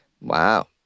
Wow